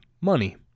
Money